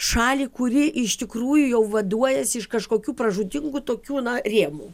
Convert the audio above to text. šalį kuri iš tikrųjų jau vaduojasi iš kažkokių pražūtingų tokių rėmų